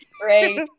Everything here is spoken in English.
great